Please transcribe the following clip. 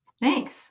Thanks